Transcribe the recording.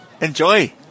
Enjoy